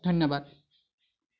ধন্যবাদ